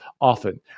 often